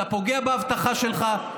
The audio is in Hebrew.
אתה פוגע בהבטחה שלך,